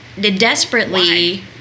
Desperately